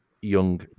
young